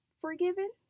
forgiven